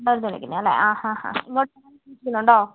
ന്ന് വിളിക്കുന്നതാണല്ലേ ആ ആ ആ ഉണ്ടോ